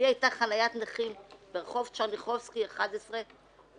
לי הייתה חניית נכים ברחוב טשרניחובסקי 4 בירושלים